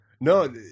No